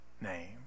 name